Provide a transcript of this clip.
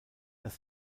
das